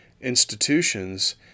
institutions